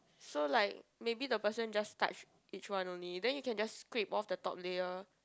so like maybe the person just touch each one only then you can just scrape off the top layer